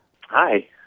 Hi